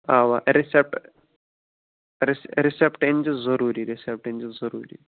اَوا رِسیٚپٹہٕ رِ رِسیٚپٹہٕ أنۍ زِ ضروٗری رِسیٚپٹہٕ أنۍ زِ ضروٗری